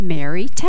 Mary